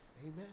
Amen